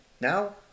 now